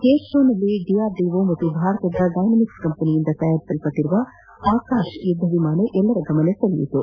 ಏರೋಷೋನಲ್ಲಿ DRDO ಹಾಗೂ ಭಾರತದ ಡೈನಾವಿಕ್ಸ್ ಕಂಪನಿಯಿಂದ ತಯಾರಿಸಲ್ಪಟ್ಟ ಆಕಾಶ್ ಯುದ್ದ ವಿಮಾನ ಎಲ್ಲರ ಗಮನ ಸಳೆಯಿತು